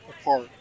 apart